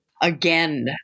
again